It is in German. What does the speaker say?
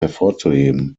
hervorzuheben